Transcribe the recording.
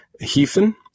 Heathen